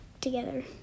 together